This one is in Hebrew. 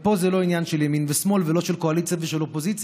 ופה זה לא עניין של ימין ושמאל ולא של קואליציה ושל אופוזיציה,